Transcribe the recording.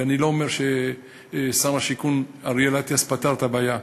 ואני לא אומר ששר השיכון אריאל אטיאס פתר את הבעיה,